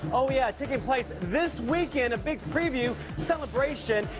oh yeah, taking place this weekend, a big preview celebration.